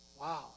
Wow